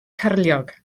cyrliog